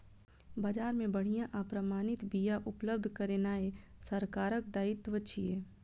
बाजार मे बढ़िया आ प्रमाणित बिया उपलब्ध करेनाय सरकारक दायित्व छियै